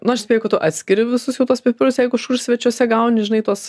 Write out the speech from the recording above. nu aš spėju kad tu atskiri visus jau tuos pipirus jeigu kažkur svečiuose gauni žinai tuos